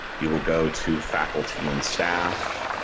you will go to faculty and staff.